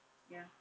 ya